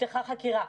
נפתחה חקירה,